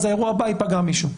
אז באירוע הבא ייפגע מישהו.